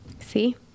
See